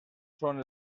són